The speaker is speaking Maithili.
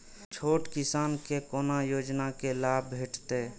छोट किसान के कोना योजना के लाभ भेटते?